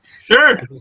Sure